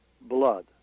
blood